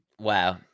Wow